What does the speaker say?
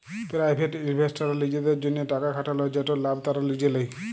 private ইলভেস্টাররা লিজেদের জ্যনহে টাকা খাটাল যেটর লাভ তারা লিজে লেই